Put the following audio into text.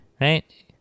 right